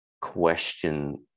question